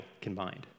combined